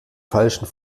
falschen